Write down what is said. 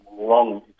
long